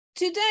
Today